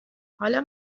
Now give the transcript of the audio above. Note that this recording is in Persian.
حالا